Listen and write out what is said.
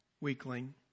weakling